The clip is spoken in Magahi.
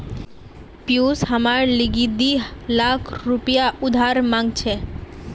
पियूष हमार लीगी दी लाख रुपया उधार मांग छ